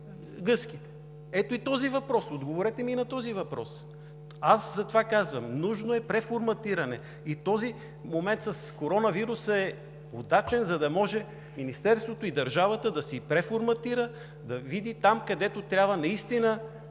гъските – ето, отговорете ми и на този въпрос. Затова казвам нужно е преформатиране. Този момент с коронавируса е удачен, за да може Министерството и държавата да се преформатират, да се види там, където трябва, наистина